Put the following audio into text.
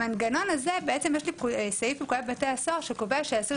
לגבי המנגנון הזה יש סעיף לפקודת בתי הסוהר שקובע שאסיר